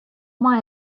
oma